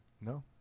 No